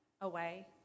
away